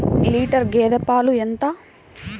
Litre గేదె పాలు ఎంత?